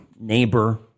neighbor